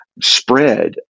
spread